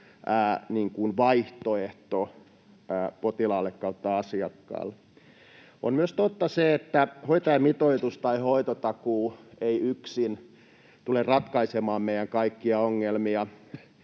vaihtoehto potilaalle tai asiakkaalle. On myös totta se, että hoitajamitoitus tai hoitotakuu ei yksin tule ratkaisemaan meidän kaikkia ongelmia,